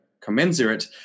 commensurate